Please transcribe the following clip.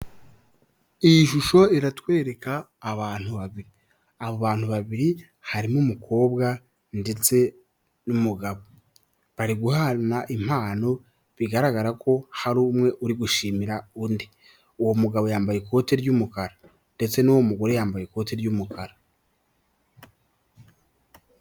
Iyi shusho iratwereka abantu babiri, abo bantu babiri harimo umukobwa ndetse n’ umugabo bari guhana impano bigaragara ko hari umwe uri gushimira undi, uwo mugabo yambaye ikote ry'umukara ndetse n'uwo mugore yambaye ikoti ry'umukara.